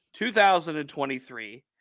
2023